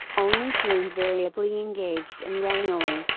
only she invariably engaged in wrangling,